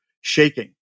shaking